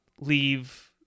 leave